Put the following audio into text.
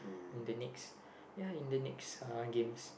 in the next ya in the next uh games